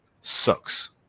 sucks